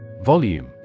Volume